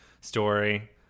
story